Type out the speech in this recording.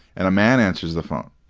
and a man answers the phone.